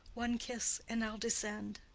one kiss, and i'll descend.